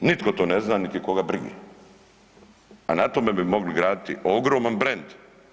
Nitko to ne zna, niti koga brine, a na tome bi mogli graditi ogroman brend.